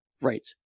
right